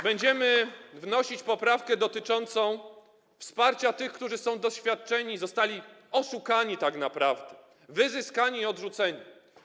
Będziemy wnosić poprawkę dotyczącą wsparcia tych, którzy są doświadczeni, zostali oszukani tak naprawdę, wyzyskani i odrzuceni.